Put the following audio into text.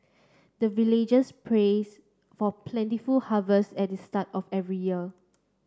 the villagers prays for plentiful harvest at the start of every year